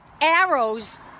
arrows